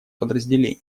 подразделение